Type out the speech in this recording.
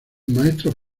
maestros